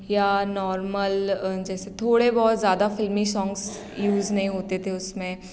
या नॉर्मल जैसे थोड़े बहुत ज़्यादा फ़िल्मी सोंग्स यूज नहीं होते थे उसमें